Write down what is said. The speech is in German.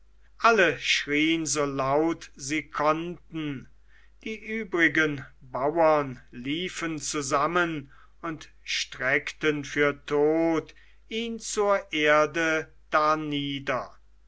alle schrien so laut sie konnten die übrigen bauern liefen zusammen und streckten für tot ihn zur erde